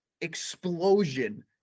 explosion